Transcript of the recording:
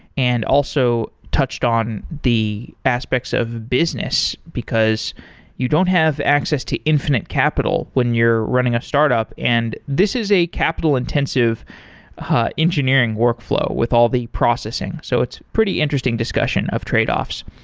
and also touched on the aspects of business, because you don't have access to infinite capital when you're running a startup, and this is a capital-intensive ah engineering workflow with all the processing. so it's pretty interesting discussion of tradeoffs.